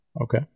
okay